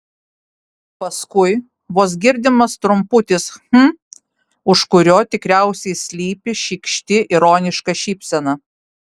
paskui vos girdimas trumputis hm už kurio tikriausiai slypi šykšti ironiška šypsena